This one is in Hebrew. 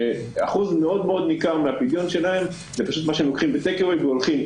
שאחוז מאוד ניכר מהפדיון שלהם זה מה שלוקחים ב-Take away והולכים.